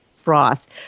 Frost